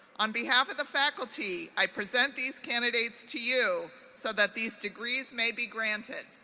on behalf of the faculty, i present these candidates to you so that these degrees may be granted.